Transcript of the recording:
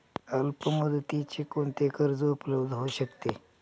अल्पमुदतीचे कोणते कर्ज उपलब्ध होऊ शकते?